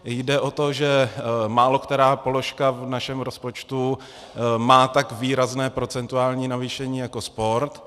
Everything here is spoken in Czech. Jde o to, že málokterá položka v našem rozpočtu má tak výrazné procentuální navýšení jako sport.